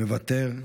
מוותר.